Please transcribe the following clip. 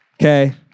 Okay